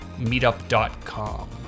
meetup.com